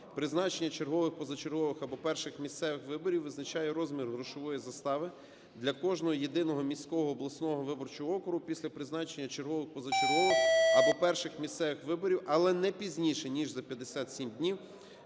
призначення чергових, позачергових або перших місцевих виборів визначає розмір грошової застави для кожного єдиного міського (обласного) виборчого округу після призначення чергових, позачергових або перших місцевих виборів, але не пізніше, ніж за 57 днів